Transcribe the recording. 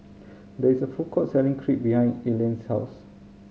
there is a food court selling Crepe behind Elayne's house